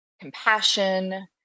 compassion